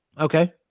Okay